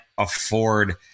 afford